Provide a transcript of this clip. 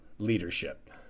Leadership